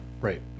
Right